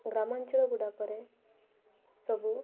ଗ୍ରାମାଞ୍ଚଳ ଗୁଡ଼ାକରେ ସବୁ